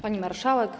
Pani Marszałek!